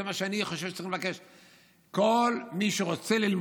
זה מה שאני חושב שצריכים לבקש: כל מי